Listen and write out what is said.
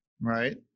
right